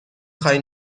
خوای